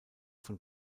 von